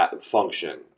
function